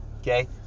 Okay